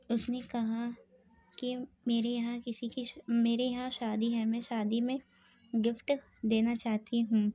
اس نے کہا کہ میرے یہاں کسی کی میرے یہاں شادی ہے میں شادی میں گفٹ دینا چاہتی ہوں